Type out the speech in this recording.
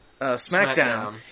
Smackdown